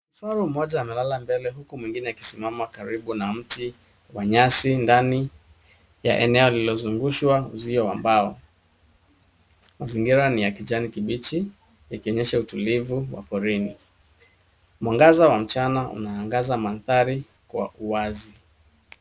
Kifaru mmoja amelala mbele huku mwingine akisimama karibu na mti wa nyasi ndani ya eneo lililozungushwa uzio wa mbao. Mazingira ni ya kijani kibichi yakionyesha utulivu wa porini. Mwangaza wa mchana unaangaza mandhari kwa uwazi.